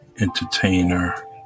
entertainer